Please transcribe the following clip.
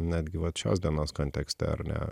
netgi vat šios dienos kontekste ar ne